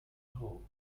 hole